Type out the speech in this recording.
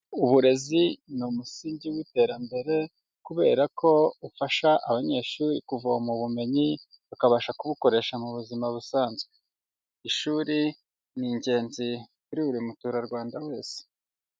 Uburezi ni umusingi w'iterambere kubera ko bufasha abanyeshuri kuvoma ubumenyi, bakabasha kubukoresha mu buzima busanzwe. Ishuri ni ingenzi kuri buri muturarwanda wese.